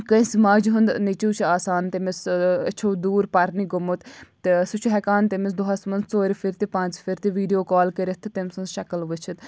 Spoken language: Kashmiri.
کٲنٛسہِ ماجہِ ہُنٛد نیٚچوٗ چھِ آسان تٔمِس أچھو دوٗر پَرنہِ گوٚمُت تہٕ سُہ چھُ ہٮ۪کان تٔمِس دۄہَس منٛز ژورِ پھِرِ تہِ پانٛژِ پھِرِ تہِ ویٖڈیو کال کٔرِتھ تہٕ تٔمۍ سٕنٛز شکٕل وٕچھِتھ